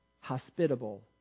hospitable